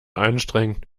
anstrengend